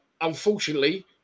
unfortunately